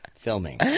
filming